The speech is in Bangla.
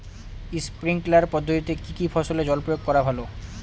স্প্রিঙ্কলার পদ্ধতিতে কি কী ফসলে জল প্রয়োগ করা ভালো?